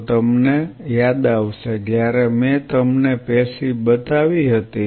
તો તમને યાદ આવશે જ્યારે મેં તમને પેશી બતાવી હતી